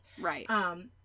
Right